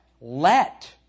let